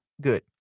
Good